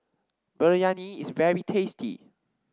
Biryani is very tasty